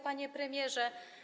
Panie Premierze!